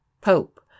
pope